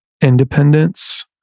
independence